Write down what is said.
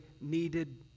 needed